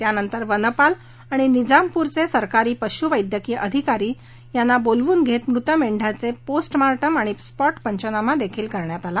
त्यानंतर वनपाल आणि निझामपूरचे सरकारी पशू वैद्यकीय अधिकारी यांना बोलवून घेत मृत मेंद्यांचे पोस्ट मार्टम आणि स्पॉट पंचनामा देखील करण्यात आला